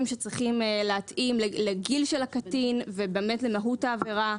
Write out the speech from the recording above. שצריכים להתאים לגיל של הקטין ובאמת למהות העבירה,